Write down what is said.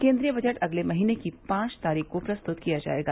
केन्द्रीय बजट अगले महीने की पांच तारीख को प्रस्तुत किया जाएगा